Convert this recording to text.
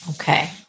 Okay